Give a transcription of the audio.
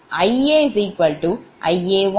IaIa1 Ia2 Ia0